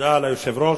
תודה ליושב-ראש.